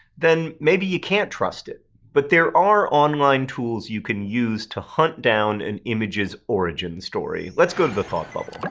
then maybe you can't trust it. but, there are online tools you can use to hunt down an image's origin story. let's go to the thought bubble.